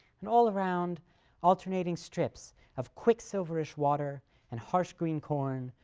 and all around alternating strips of quicksilverish water and harsh green corn,